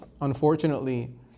unfortunately